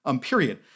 period